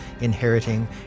inheriting